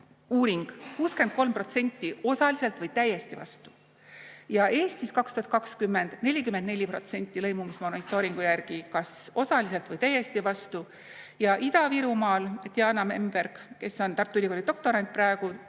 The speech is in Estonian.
uuring: 63% osaliselt või täiesti vastu. Ja Eestis 2020: 44% lõimumismonitooringu järgi kas osaliselt või täiesti vastu. Diana Memberg, kes on Tartu Ülikooli doktorant praegu,